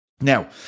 Now